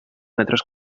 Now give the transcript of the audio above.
metres